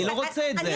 אני לא רוצה את זה.